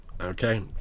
Okay